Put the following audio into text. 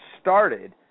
started